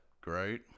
great